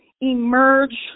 emerge